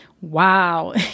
Wow